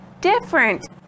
different